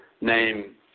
name